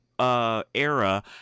Era